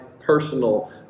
personal